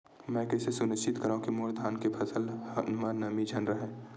मैं कइसे सुनिश्चित करव कि मोर धान के फसल म नमी झन रहे?